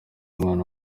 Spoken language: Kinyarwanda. umwana